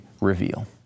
reveal